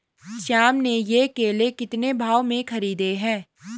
श्याम ने ये केले कितने भाव में खरीदे हैं?